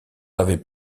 avait